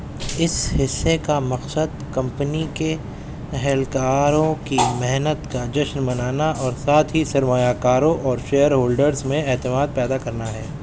اس حصے کا مقصد کمپنی کے اہلکاروں کی محنت کا جشن منانا اور ساتھ ہی سرمایہ کاروں اور شیئر ہولڈرس میں اعتماد پیدا کرنا ہے